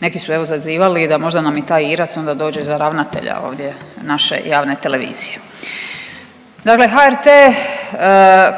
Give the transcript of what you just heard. Neki su evo zazivali da možda nam i taj Irac onda dođe za ravnatelja ovdje naše javne televizije. Dakle, HRT